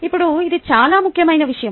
ఇప్పుడు ఇది చాలా ముఖ్యమైన విషయం